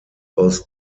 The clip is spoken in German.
aus